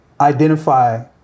Identify